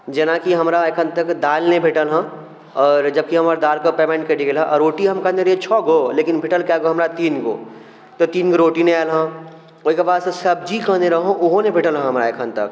जेना कि हमरा एखन तक दालि नहि भेटल हँ आओर जबकि हमर दालिके पेमेंट कटि गेलहँ आओर रोटी हम कहने रही छओ गो लेकिन भेटल हमरा कए गो हमरा तीन गो तऽ तीन गो रोटी नहि आयलहँ ओइके बादसँ सब्जी कहने रहौं ओहो नहि भेटल हँ हमरा एखन तक